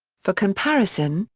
for comparison,